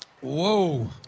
Whoa